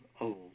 old